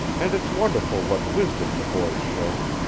and it's wonderful what wisdom the boys show.